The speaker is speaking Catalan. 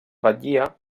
batllia